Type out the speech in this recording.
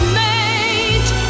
mate